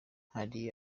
hari